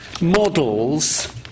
models